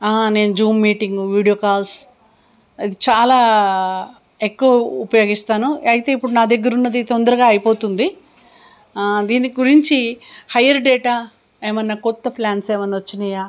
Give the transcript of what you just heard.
నేను Zoom meeting video calls అది చాలా ఎక్కువ ఉపయోగిస్తాను అయితే ఇప్పుడు నా దగ్గర ఉన్నది తొందరగా అయిపోతుంది దీని గురించి హయ్యర్ డేటా ఏమన్నా కొత్త ఫ్లాన్స్ ఏమన్నా వచ్చినాయా